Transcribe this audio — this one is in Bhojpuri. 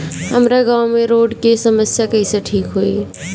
हमारा गाँव मे रोड के समस्या कइसे ठीक होई?